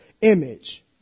image